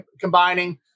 combining